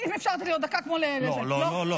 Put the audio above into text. אם אפשר לתת לי עוד דקה, כמו, לא לא לא.